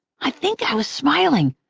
i think i was smiling.